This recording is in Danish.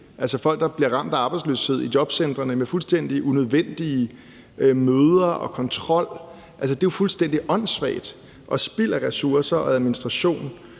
altså folk, der bliver ramt af arbejdsløshed – i jobcentrene med fuldstændig unødvendige møder og kontrol, er fuldstændig åndssvag og spild af ressourcer og administration.